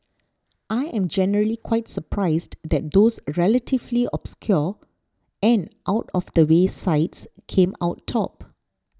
I am generally quite surprised that those relatively obscure and out of the way sites came out top